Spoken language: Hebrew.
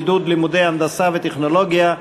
עידוד לימודי הנדסה וטכנולוגיה),